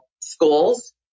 schools